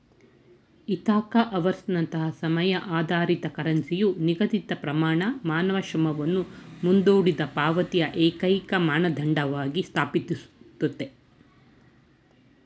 Ithaca ಅವರ್ಸ್ನಂತಹ ಸಮಯ ಆಧಾರಿತ ಕರೆನ್ಸಿಯು ನಿಗದಿತಪ್ರಮಾಣ ಮಾನವ ಶ್ರಮವನ್ನು ಮುಂದೂಡಿದಪಾವತಿಯ ಏಕೈಕಮಾನದಂಡವಾಗಿ ಸ್ಥಾಪಿಸುತ್ತೆ